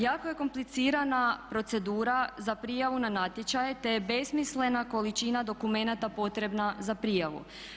Jako je komplicirana procedura za prijavu na natječaje te je besmislena količina dokumenata potrebna za prijavu.